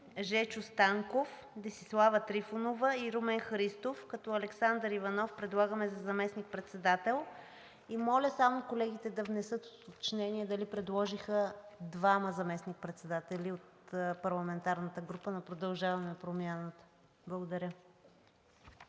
Жечо Станков, Десислава Трифонова и Румен Христов, като Александър Иванов предлагаме за заместник-председател. И моля само колегите да внесат уточнение дали предложиха двама заместник-председатели от парламентарната група на „Продължаваме Промяната“. Благодаря.